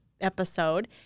episode